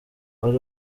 wari